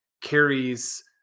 carries